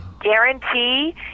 guarantee